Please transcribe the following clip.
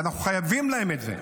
ואנחנו חייבים להם את זה,